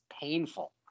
painful